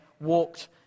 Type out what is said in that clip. walked